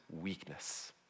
weakness